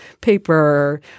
paper